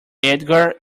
edgar